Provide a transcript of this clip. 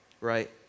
right